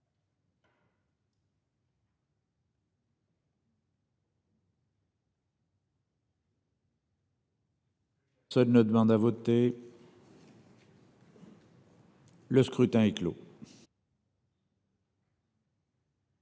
Personne ne demande plus à voter ?… Le scrutin est clos.